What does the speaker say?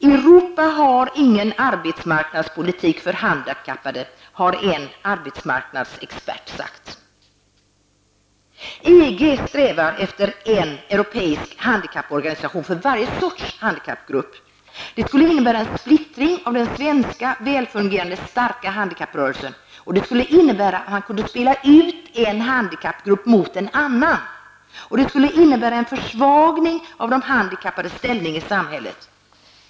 Europa har ingen arbetsmarknadspolitik för handikappade, har en arbetsmarknadsexpert sagt. EG strävar efter en europeisk handikapporganiation för varje sorts handikapp. Det skulle innebära en splittring av den svenska väl fungerande och starka handikapprörelsen. Det skulle innebära att man kunde spela ut en handikappgrupp mot en annan. Det skulle också innebära en försvagning av de handikappades ställning i samhället.